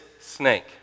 snake